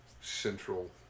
central